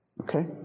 okay